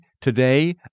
today